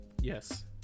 Yes